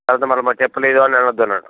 తర్వాత మరల మాకు చెప్పలేదు అని అనవద్దు అన్నట్టు